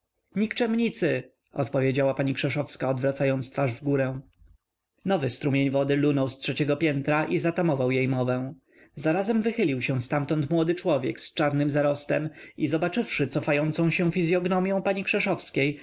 nikczemnicy odpowiedziała pani krzeszowska odwracając twarz w górę nowy strumień wody lunął z trzeciego piętra i zatamował jej mowę zarazem wychylił się ztamtąd młody człowiek z czarnym zarostem i zobaczywszy cofającą się fizyognomią pani krzeszowskiej